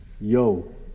yo